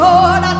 Lord